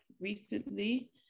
recently